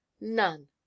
None